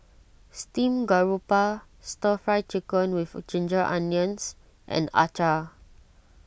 Steamed Garoupa Stir Fry Chicken with Ginger Onions and Acar